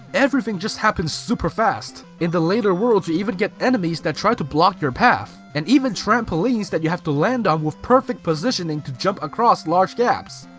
everything just happens super fast. in the later worlds you even get enemies that try to block your path and even trampolines that you have to land on with perfect positioning to jump across large gaps.